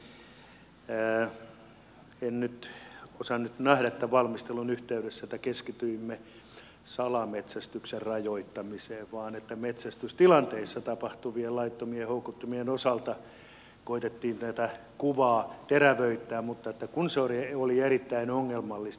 jos nyt pieni kommentointi sallittakoon niin en nyt osannut nähdä että valmistelun yhteydessä keskityimme salametsästyksen rajoittamiseen vaan metsästystilanteissa tapahtuvien laittomien houkuttimien osalta koetettiin tätä kuvaa terävöittää mutta se oli erittäin ongelmallista